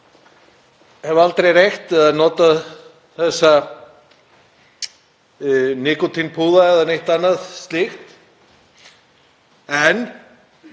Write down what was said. hef aldrei reykt eða notað þessa nikótínpúða eða neitt annað slíkt. En